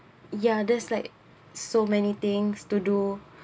ya there's like so many things to do